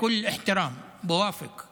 תהיה בריא, תעשה את העבודה,